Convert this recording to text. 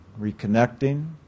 reconnecting